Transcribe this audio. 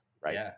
Right